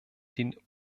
den